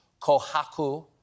Kohaku